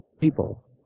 people